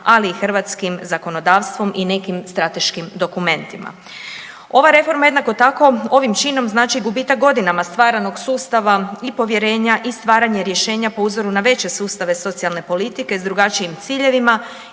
ali i hrvatskim zakonodavstvom i nekim strateškim dokumentima. Ova reforma jednako tako ovim činom znači gubitak godinama stvaranog sustava i povjerenja i stvaranje rješenja po uzoru na veće sustave socijalne politike s drugačijim ciljevima